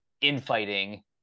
infighting